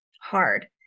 hard